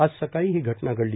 आज सकाळी ही घटना घडली